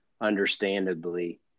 understandably